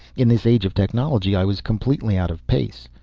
in this age of technology i was completely out of place.